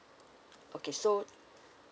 okay so